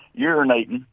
urinating